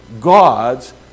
God's